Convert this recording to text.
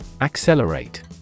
Accelerate